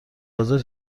حاضر